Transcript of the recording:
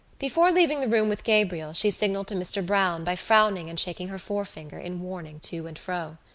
before leaving the room with gabriel she signalled to mr. browne by frowning and shaking her forefinger in warning to and fro.